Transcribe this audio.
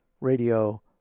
radio